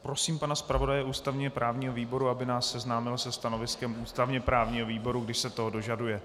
Prosím pana zpravodaje ústavněprávního výboru, aby nás seznámil se stanoviskem ústavněprávního výboru, když se toho dožaduje.